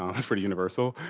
um that's pretty universal.